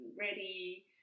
ready